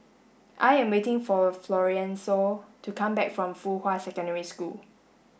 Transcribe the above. I am waiting for Florencio to come back from Fuhua Secondary School